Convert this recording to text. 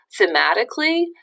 thematically